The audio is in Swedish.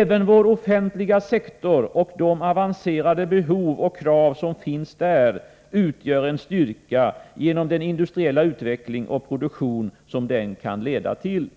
Även vår offentliga sektor, och de avancerade behov och krav som finns där, utgör en styrka genom den industriella utveckling och produktion som den kan leda till.